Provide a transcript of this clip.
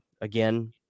Again